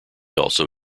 also